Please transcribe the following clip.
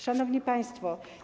Szanowni Państwo!